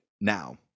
now